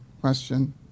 Question